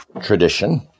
tradition